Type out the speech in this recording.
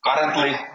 Currently